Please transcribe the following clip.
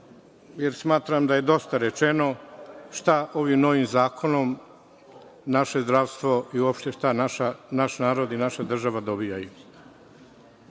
jer smatram da je dosta rečeno šta ovim novim zakonom naše zdravstvo i uopšte šta naš narod i naša država dobijaju.